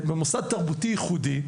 במוסד תרבותי ייחודי,